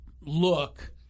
look